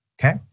okay